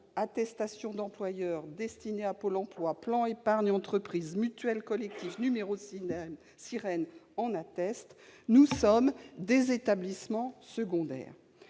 attestation d'employeur destinée à Pôle emploi, plan d'épargne entreprise, mutuelle collective, numéro de SIREN -témoignent, nous sommes des « établissements secondaires